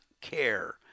care